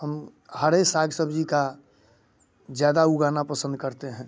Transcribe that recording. हम हरे साग सब्जी का ज़्यादा उगाना पसंद करते हैं